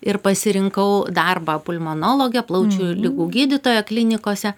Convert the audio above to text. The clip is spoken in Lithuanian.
ir pasirinkau darbą pulmonologe plaučių ligų gydytoja klinikose